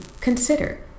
consider